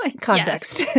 Context